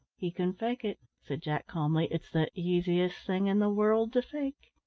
he can fake it, said jack calmly. it's the easiest thing in the world to fake.